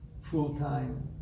full-time